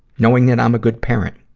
knowing that i'm a good parent.